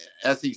SEC